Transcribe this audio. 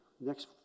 Next